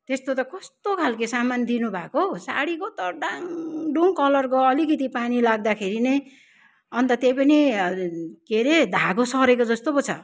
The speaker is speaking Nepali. त्यस्तो त कस्तो खालके सामान दिनु भएको साडीको त डाङडुङ कलर गयो अलिकति पानी लाग्दाखेरि नै अन्त त्यही पनि के अरे धागो सरेको जस्तो पो छ